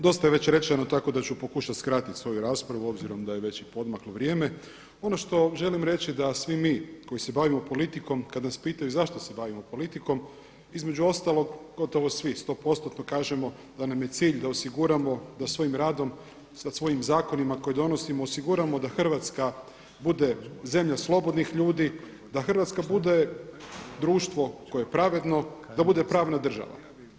Dosta je već rečeno tako ću pokušati skratiti svoju raspravu obzirom da je već i poodmaklo vrijeme. ono što želim reći da svi mi koji se bavimo politikom kada nas pitaju zašto se bavimo politikom, između ostalog, gotovo svi 100%-no kažemo da nam je cilj da osiguramo da svojim radom, da svojim zakonima koje donosimo osiguramo da Hrvatska bude zemlja slobodnih ljudi, da Hrvatska bude društvo koje je pravedno, da bude pravna država.